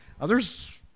others